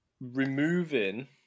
removing